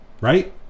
Right